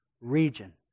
region